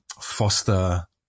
foster